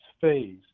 phase